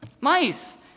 mice